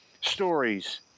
stories